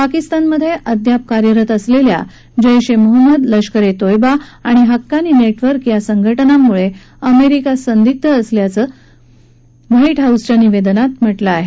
पाकिस्तानमधे अद्याप कार्यरत असलेल्या जैश ए मोहम्मद लष्कर ए तय्यबा आणि हक्कानी नेटवर्क या संघटनांमुळे अमेरिका संदिग्ध असल्याचं व्हाईट हाऊसच्या निवेदनात म्हटलं आहे